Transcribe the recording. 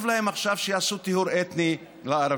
טוב להם עכשיו שיעשו טיהור אתני לערבים.